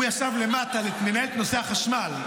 הוא ישב למטה לנהל את נושא החשמל.